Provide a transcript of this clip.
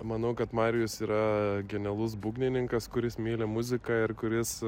manau kad marijus yra genialus būgnininkas kuris myli muziką ir kuris